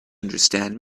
understand